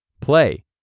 Play